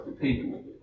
people